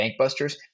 bankbusters